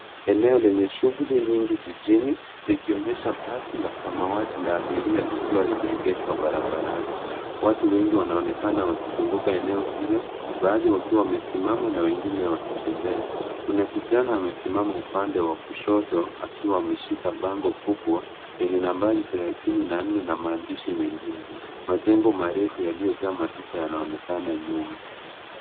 Eneo lenye shuguli nyingi jijini likionyesha basi la samawati na abiria likiwa limegeshwa barabarani. Watu wengi wanaonekana wakizunguka eneo hilo, baadhi wakiwa wamesimama na wengine wakitembea. Kuna kijana amesimama upande wa kushoto, akiwa ameshikilia bango kubwa lenye nambari thelathini na nne na maandishi mengine. Majengo marefu yaliyojaa maduka yanaonekana nyuma.